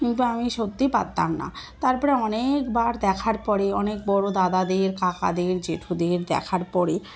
কিন্তু আমি সত্যি পারতাম না তারপরে অনেকবার দেখার পরে অনেক বড়ো দাদাদের কাকাদের জেঠুদের দেখার পরে